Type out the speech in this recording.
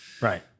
Right